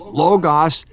logos